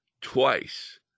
twice